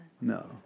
No